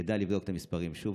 כדאי לבדוק את המספרים שוב.